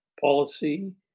policy